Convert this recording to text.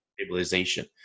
...stabilization